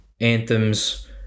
anthems